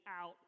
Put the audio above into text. out